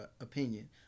opinion